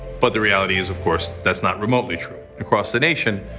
but the reality is, of course that's not remotely true. across the nation,